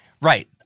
right